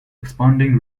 expanding